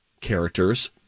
characters